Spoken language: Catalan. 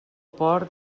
port